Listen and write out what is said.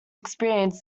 experience